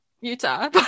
Utah